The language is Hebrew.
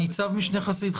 ניצב משנה חסיד,